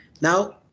Now